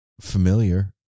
familiar